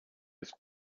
his